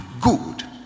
good